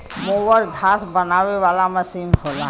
mower घास बनावे वाला मसीन होला